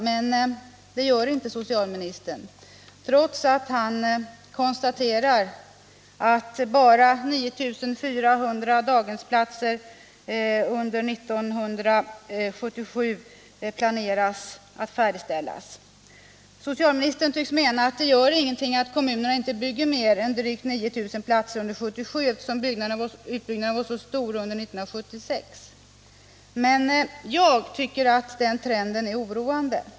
Men det gör inte socialministern trots att han konstaterar att kommunerna bara planerar att färdigställa 9400 daghemsplatser under 1977. Socialministern tycks mena att det inte gör någonting att kommunerna inte bygger mer än drygt 9 000 platser under 1977, eftersom utbyggnaden var så stor under 1976. Men jag tycker att trenden är oroande.